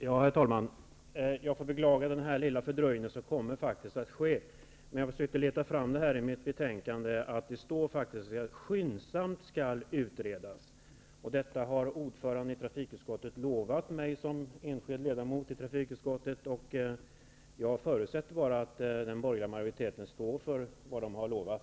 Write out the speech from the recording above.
Herr talman! Jag beklagar den lilla fördröjning som kommer att ske. Men i betänkandet står det faktiskt att att detta skyndsamt skall utredas. Detta har ordföranden i trafikutskottet lovat mig som enskild ledamot i trafikutskottet, och jag förutsätter att den borgerliga majoriteten står för vad den har lovat.